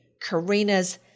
Karina's